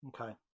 Okay